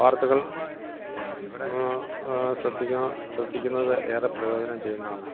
വാർത്തകൾ ശ്രദ്ധിക്കുന്നത് ശ്രദ്ധിക്കുന്നത് ഏറെ പ്രയോജനം ചെയ്യുന്നതാണ്